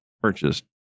purchased